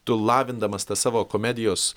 tu lavindamas tą savo komedijos